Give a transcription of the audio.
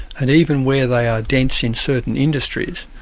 and even where they are dense in certain industries,